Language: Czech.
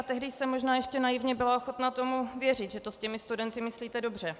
Tehdy jsem možná ještě naivně byla ochotna tomu věřit, že to s těmi studenty myslíte dobře.